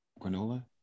granola